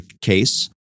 case